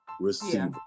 receiver